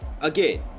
again